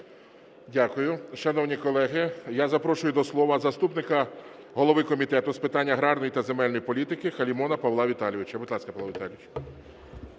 Дякую. Шановні колеги, я запрошую до слова заступника голови Комітету з питань аграрної та земельної політики Халімона Павла Віталійовича.